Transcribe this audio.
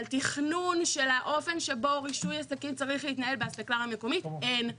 אבל תכנון של האופן שבו רישוי עסקים צריך להתנהל באספקלריה מקומית אין.